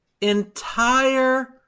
entire